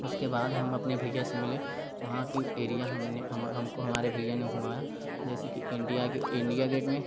उसक बाद हम अपने भैया से मिले वहाँ की एरिया हमने हम हमको हमारे भैया ने घुमाया जैसे कि इंडिया गे इंडिया गेट में